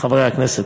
חברי הכנסת.